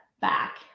back